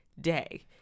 day